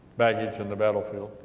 baggage in the battlefield?